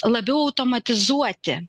labiau automatizuoti